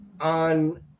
on